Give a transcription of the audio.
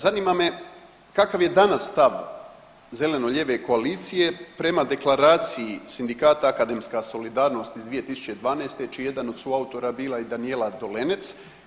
Zanima me kakav je danas stav zeleno-lijeve koalicije prema Deklaraciji sindikata Akademska solidarnost iz 2012. čiji je jedan od suatora bila i Danijela Dolenec.